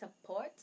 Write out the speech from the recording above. support